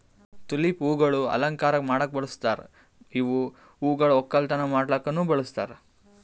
tulip ಹೂವುಗೊಳ್ ಅಲಂಕಾರಕ್ ಬಳಸ್ತಾರ್ ಮತ್ತ ಇವು ಹೂಗೊಳ್ ಒಕ್ಕಲತನ ಮಾಡ್ಲುಕನು ಬಳಸ್ತಾರ್